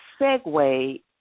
segue